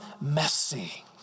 messy